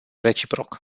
reciproc